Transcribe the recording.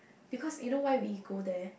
because you know why we go there